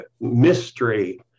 mystery